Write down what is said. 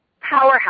powerhouse